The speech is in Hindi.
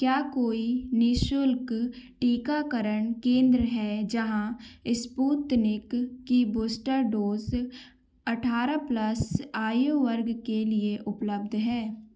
क्या कोई निःशुल्क टीकाकरण केंद्र है जहाँ स्पुतनिक की बूस्टर डोज़ अठारह प्लस वर्ष आयु वर्ग के लिए उपलब्ध है